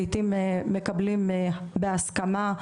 לעתים מקבלים בהסכמה,